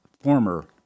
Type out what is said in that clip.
former